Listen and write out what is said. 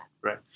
Right